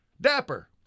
Dapper